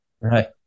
right